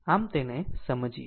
આમ તેને સમજીએ